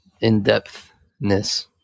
in-depthness